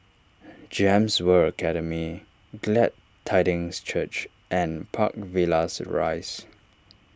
Gems World Academy Glad Tidings Church and Park Villas Rise